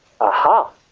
Aha